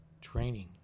training